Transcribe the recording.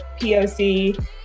POC